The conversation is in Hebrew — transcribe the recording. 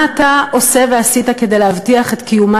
מה אתה עושה ועשית כדי להבטיח את קיומה